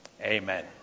Amen